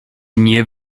nie